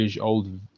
old